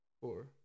Four